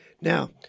Now